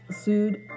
...sued